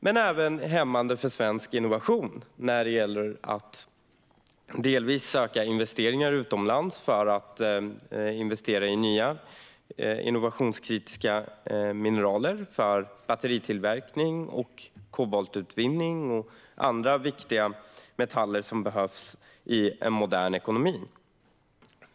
Den är även hämmande för svensk innovation vad gäller att söka investeringar utomlands för utvinning av nya innovationskritiska mineraler för batteritillverkning, kobolt och andra viktiga metaller som behövs i en modern ekonomi.